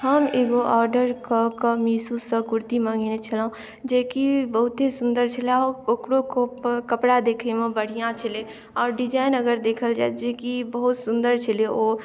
हम एगो ऑर्डर कऽ कऽ मीशोसँ कुर्ती मँगेने छलहुँ जेकि बहुते सुन्दर छलए ओकरो कपड़ा देखैमे बढ़िआँ छलै आओर डिजाइन अगर देखल जाय जेकि बहुत सुन्दर छलै ओ